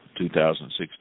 2016